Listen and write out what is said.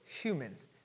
humans